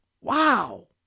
Wow